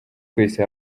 twese